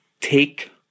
Take